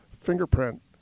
fingerprint